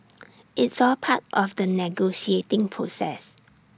it's all part of the negotiating process